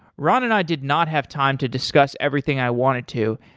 ron and i did not have time to discuss everything i wanted to,